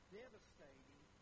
devastating